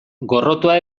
gorrotoa